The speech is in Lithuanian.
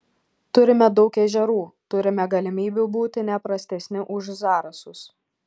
turime daug ežerų turime galimybių būti ne prastesni už zarasus